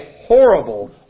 horrible